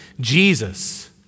Jesus